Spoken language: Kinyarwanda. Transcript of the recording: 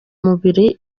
mubiri